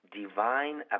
divine